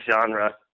genre